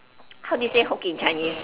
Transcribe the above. how do you say hook in Chinese